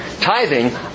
tithing